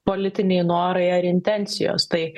politiniai norai ar intencijos tai